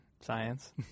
science